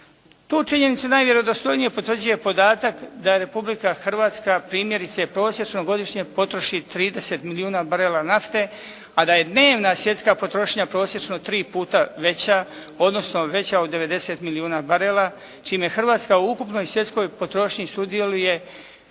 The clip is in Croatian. Tu činjenicu najvjerodostojnije potvrđuje podatak da je Republika Hrvatska primjerice prosječno godišnje potroši 30 milijuna barela nafte, a da je dnevna svjetska potrošnja prosječno tri puta veća, odnosno veća od 90 milijuna barela čime Hrvatska u ukupnoj svjetskoj potrošnji sudjeluje